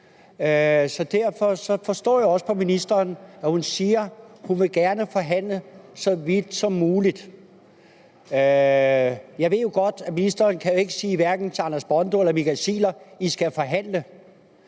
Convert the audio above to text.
så derfor forstår jeg også på ministeren, at hun gerne vil forhandle så vidt som muligt. Jeg ved jo godt, at ministeren hverken kan sige til Anders Bondo eller Michael Ziegler: I skal forhandle.